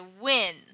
win